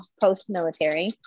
post-military